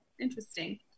Interesting